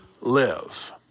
live